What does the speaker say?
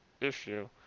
issue